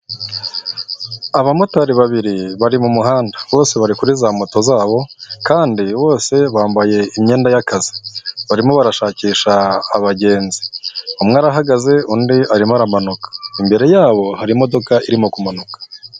Abamotari babiri bari mu muhanda, bose bari kuri za moto zabo kandi bose bambaye imyenda y'akazi, barimo barashakisha abagenzi, umwe arahagaze undi arimo aramanuka. Imbere yabo hari imodoka irimo kumanuka.